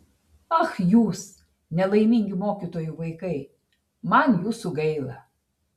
ach jūs nelaimingi mokytojų vaikai man jūsų gaila